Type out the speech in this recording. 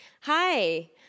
Hi